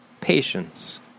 patience